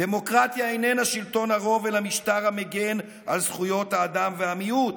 דמוקרטיה איננה שלטון הרוב אלא משטר המגן על זכויות האדם והמיעוט.